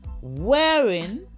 wearing